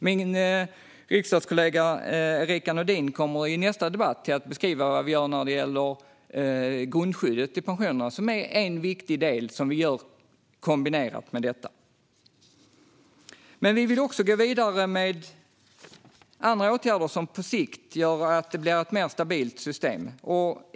Min riksdagskollega Erica Nådin kommer i nästa debatt att beskriva vad vi gör när det gäller grundskyddet i pensionen som är en viktig del som vi gör kombinerat med detta. Vi vill också gå vidare med andra åtgärder som på sikt gör att det blir ett mer stabilt system.